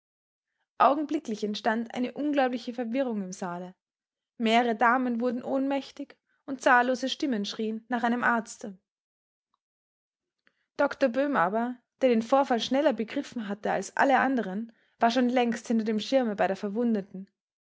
augenblicklich entstand eine unglaubliche verwirrung im saale mehrere damen wurden ohnmächtig und zahllose stimmen schrieen nach einem arzte doktor böhm aber der den vorfall schneller begriffen hatte als alle anderen war schon längst hinter dem schirme bei der verwundeten